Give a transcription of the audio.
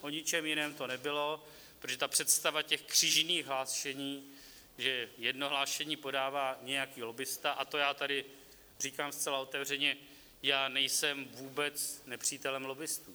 O ničem jiném to nebylo, protože ta představa těch křížených hlášení, že jedno hlášení podává nějaký lobbista a to já tady říkám zcela otevřeně, já nejsem vůbec nepřítelem lobbistů.